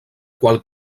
qual